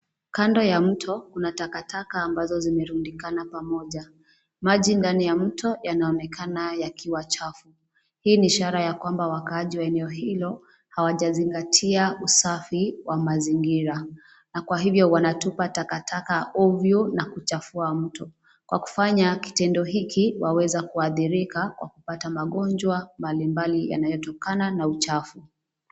Kando ya mto kuna takataka ambazo zimerundikana pamoja. Maji ndani ya mto yanaonekana yakiwa chafu. Hii ni ishara ya kwamba wakaaji wa eneo hilo, hawajazingatia usafi wa mazingira, na kwa hivyo wanatupa takataka ovyo na kuchafua mto. Kwa kufanya kitendo hiki waweza kuathirika kwa kupata magonjwa mbalimbali yanayotokana na uchafu.